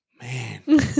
Man